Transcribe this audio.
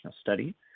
study